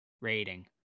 rating